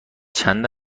چند